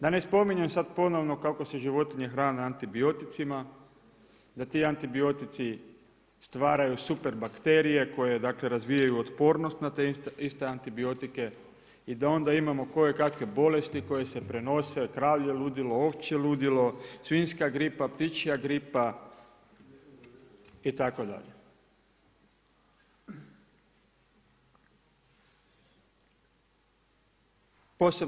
Da ne spominjem sada ponovno kako se životinje hrane antibioticima, da ti antibiotici stvaraju super bakterije koje dakle razvijaju otpornost na te iste antibiotike i da onda imamo koje kakve bolesti koje se prenose kravlje ludilo, ovčje ludilo, svinjska gripa, ptičja gripa itd.